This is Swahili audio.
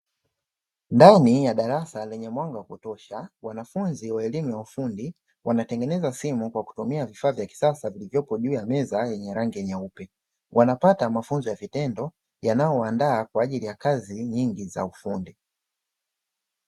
Ndani ya darasa lenye mwanga wa kutosha, wanafunzi wa elimu ya ufundi wanatengeneza simu kwa kutumia vifaa vya kisasa vilivyopo juu ya meza yenye rangi nyeupe. Wanapata mafunzo ya vitendo, yanayowandaa kwa ajili ya kazi nyingi za ufundi.